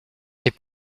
est